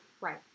Right